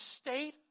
state